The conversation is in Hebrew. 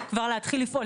כבר להתחיל לפעול.